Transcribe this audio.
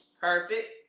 Perfect